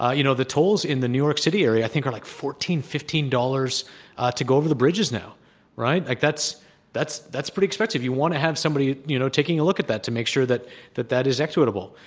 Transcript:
ah you know, the tolls in the new york city area i think are like fourteen, fifteen dollars to go o ver the bridges no w, like that's that's pretty expensive. you want to have somebody you know taking a look at that to make sure that that that is equitable.